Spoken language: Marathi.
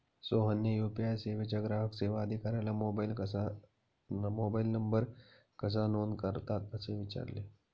सोहनने यू.पी.आय सेवेच्या ग्राहक सेवा अधिकाऱ्याला मोबाइल नंबर कसा नोंद करतात असे विचारले